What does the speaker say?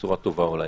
קיבלנו.